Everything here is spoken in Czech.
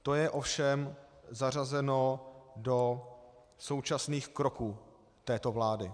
To je ovšem zařazeno do současných kroků této vlády.